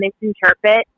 misinterpret